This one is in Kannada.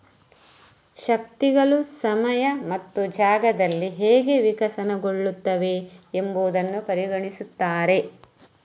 ಶಕ್ತಿಗಳು ಸಮಯ ಮತ್ತು ಜಾಗದಲ್ಲಿ ಹೇಗೆ ವಿಕಸನಗೊಳ್ಳುತ್ತವೆ ಎಂಬುದನ್ನು ಪರಿಗಣಿಸುತ್ತಾರೆ